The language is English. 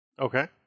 Okay